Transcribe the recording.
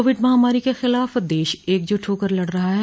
Covid महामारी के खिलाफ देश एकजुट होकर लड़ रहा है